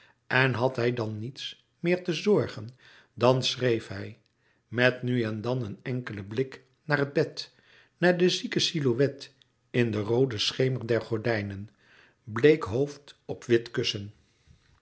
en had hij dan niets meer te zorgen dan schreef hij met nu en dan een enkelen blik naar het bed naar de zieke silhouet in den rooden schemer der gordijnen bleek hoofd op wit kussen